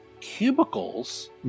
cubicles